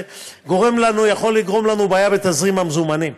יכולים לגרום לנו בעיה בתזרים המזומנים.